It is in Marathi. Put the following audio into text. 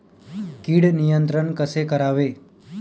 कीड नियंत्रण कसे करावे?